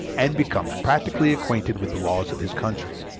and becomes practically acquainted with the laws of his country,